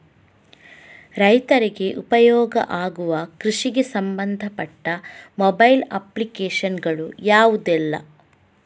ರೈತರಿಗೆ ಉಪಯೋಗ ಆಗುವ ಕೃಷಿಗೆ ಸಂಬಂಧಪಟ್ಟ ಮೊಬೈಲ್ ಅಪ್ಲಿಕೇಶನ್ ಗಳು ಯಾವುದೆಲ್ಲ?